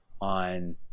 on